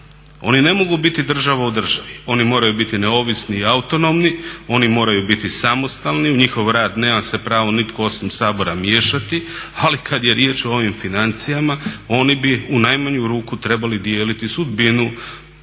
Oni ne mogu biti država u državi, oni moraju biti neovisni i autonomni, oni moraju biti samostalni, u njihov rad nema se pravo nitko osim Sabora miješati, ali kad je riječ o ovim financijama oni bi u najmanju ruku trebali dijeliti sudbinu